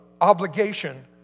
obligation